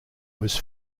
was